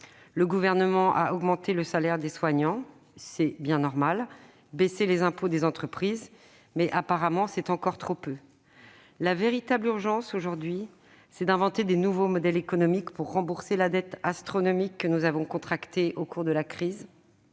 le Gouvernement a augmenté le salaire des soignants- c'est bien normal -et baissé les impôts des entreprises. Apparemment, c'est encore trop peu. La véritable urgence, aujourd'hui, c'est d'inventer de nouveaux modèles économiques pour rembourser la dette astronomique que nous avons contractée au cours de la crise.